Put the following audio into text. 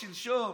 שלשום.